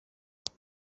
aho